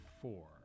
four